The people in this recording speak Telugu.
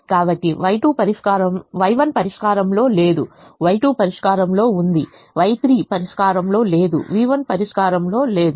కాబట్టి Y1 పరిష్కారంలో లేదు Y2 పరిష్కారంలో ఉంది Y3 పరిష్కారంలో లేదు v1 పరిష్కారంలో లేదు